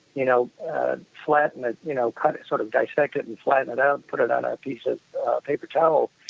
you know flatten it, you know cut it, sort of dissect it and flatten it out, put it on a piece of paper towel,